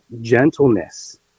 gentleness